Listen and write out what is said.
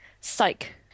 Psych